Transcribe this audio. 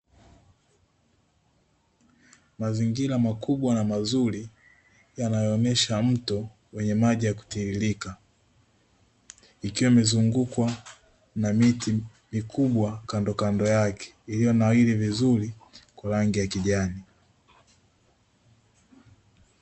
Mazingira makubwa na mazuri yanayoonyesha mto wenye maji ya kutiririka, ikiwa imezungukwa na miti mikubwa kandokando yake iliyonawiri vizuri kwa rangi ya kijani.